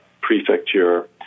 prefecture